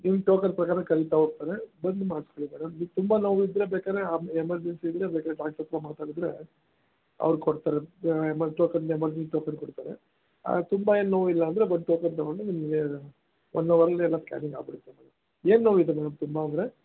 ನಿಮ್ಮ ಟೋಕನ್ ಪ್ರಕಾರ ಕರೀತಾ ಹೋಗ್ತಾರೆ ಬಂದು ಮಾಡಿಸ್ಕೊಳ್ಳಿ ಮೇಡಮ್ ನಿಮ್ಗೆ ತುಂಬ ನೋವಿದ್ದರೆ ಬೇಕಾದ್ರೆ ಎಮರ್ಜೆನ್ಸಿ ಇದ್ದರೆ ಬೇಕಾದ್ರ್ ಡಾಕ್ಟ್ರ್ ಹತ್ತಿರ ಮಾತಾಡಿದರೆ ಅವ್ರು ಕೊಡ್ತಾರೆ ಟೋಕನ್ ಎಮರ್ಜನ್ಸಿ ಟೋಕನ್ ಕೊಡ್ತಾರೆ ತುಂಬ ಏನು ನೋವಿಲ್ಲ ಅಂದರೆ ಬಂದು ಟೋಕನ್ ತಗೊಂಡು ನಿಮಗೆ ಒನ್ ಹವರಲ್ಲಿ ಎಲ್ಲ ಸ್ಕ್ಯಾನಿಂಗ್ ಆಗಿಬಿಡತ್ತೆ ಮೇಡಮ್ ಏನು ನೋವಿದೆ ಮೇಡಮ್ ತುಂಬ ಅಂದರೆ